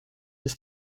bis